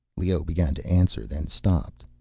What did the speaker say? leoh began to answer, then stopped.